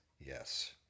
Yes